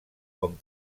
com